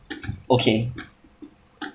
okay